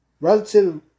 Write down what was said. Relative